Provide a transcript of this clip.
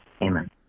Amen